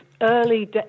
early